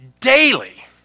daily